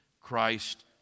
Christ